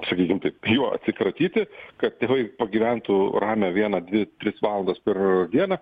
sakykim taip juo atsikratyti kad tėvai pagyventų ramią vieną dvi tris valandas per dieną